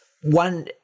one